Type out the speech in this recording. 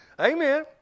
Amen